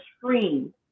screen